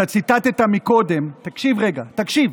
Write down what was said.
אתה ציטטת קודם, תקשיב רגע, תקשיב.